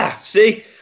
See